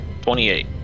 28